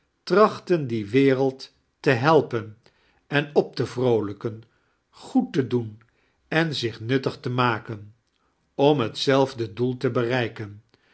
tinaehtien die wereld te helpen en op te vroolijken goed te doen en zach nuttig te maken om hetaelfd doel tie beireiken